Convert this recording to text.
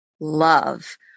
love